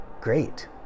great